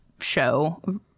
show